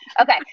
Okay